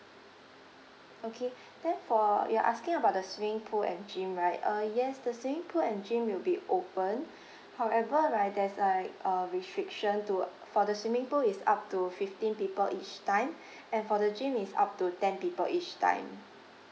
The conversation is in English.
okay then for you are asking about the swimming pool and gym right uh yes the swimming pool and gym will be open however right there's like a restriction to for the swimming pool is up to fifteen people each time and for the gym is up to ten people each time